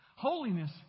Holiness